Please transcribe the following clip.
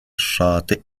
الشاطئ